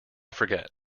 forget